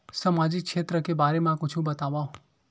सामजिक क्षेत्र के बारे मा कुछु बतावव?